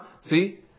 See